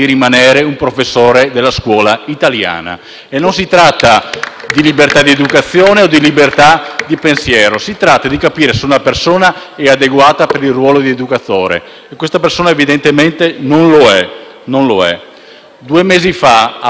di libertà di educazione o di libertà di pensiero, ma di capire se una persona è adeguata o meno a rivestire il ruolo di educatore e questa persona evidentemente non lo è. Due mesi fa a Basovizza, di fronte alla foiba che raccoglie